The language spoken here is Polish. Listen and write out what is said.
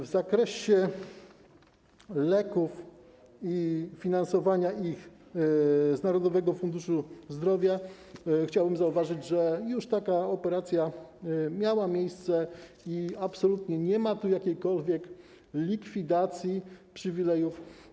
W zakresie leków i ich finansowania z Narodowego Funduszu Zdrowia chciałbym zauważyć, że taka operacja miała już miejsce i absolutnie nie ma tu jakiejkolwiek likwidacji przywilejów.